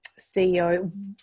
CEO